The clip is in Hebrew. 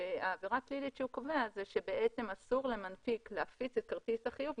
היא שבעצם אסור למנפיק להפיץ את כרטיס החיוב,